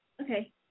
Okay